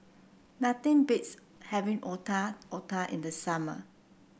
nothing beats having Otak Otak in the summer